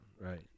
Right